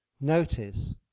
Notice